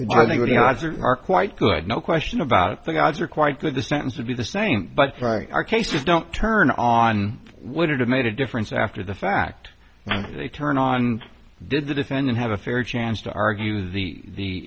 are are quite good no question about the gods are quite good the sentence would be the same but for our cases don't turn on would have made a difference after the fact they turn on did the defendant have a fair chance to argue the the